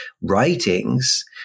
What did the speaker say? writings